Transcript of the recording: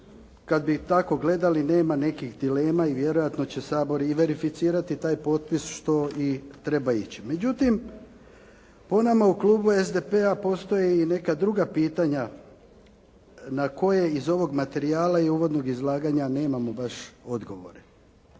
kad bi tako gledali nema nekih dilema i vjerojatno će Sabor i verificirati taj potpis što i treba ići. Međutim, po nama u klubu SDP-a postoje i neka druga pitanja na koje iz ovog materijala i uvodnog izlaganja nemamo baš odgovore.